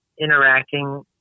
interacting